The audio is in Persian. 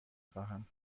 خواهم